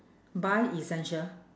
buy essential